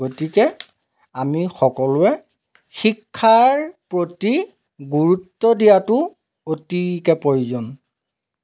গতিকে আমি সকলোৱে শিক্ষাৰ প্ৰতি গুৰুত্ব দিয়াটো অতিকৈ প্ৰয়োজন